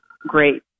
great